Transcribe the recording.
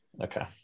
okay